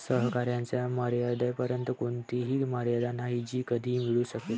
सहकार्याच्या मर्यादेपर्यंत कोणतीही मर्यादा नाही जी कधीही मिळू शकेल